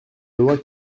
loi